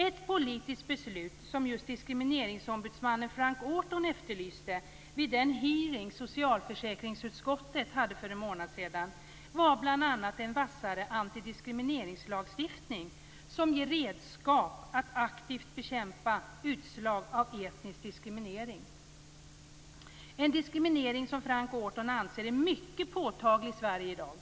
Ett politiskt beslut som Diskrimineringsombudsmannen Frank Orton efterlyste vid den hearing socialförsäkringsutskottet hade för en månad sedan var bl.a. en vassare antidiskrimineringslagstiftning som ger redskap att aktivt bekämpa utslag av etnisk diskriminering. Frank Orton anser att denna diskriminering är mycket påtaglig i Sverige i dag.